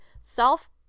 self